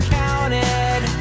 counted